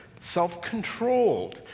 self-controlled